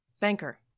Banker